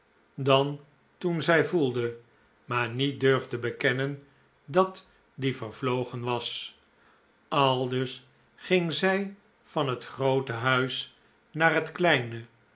dan toen zij voelde maar niet durfde bekennen dat die vervlogen was aldus ging zij van het groote huis naar het kleine